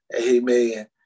Amen